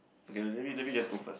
okay let me let me just go first lah